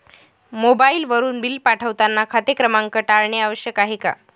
मोबाईलवरून बिल पाठवताना खाते क्रमांक टाकणे आवश्यक आहे का?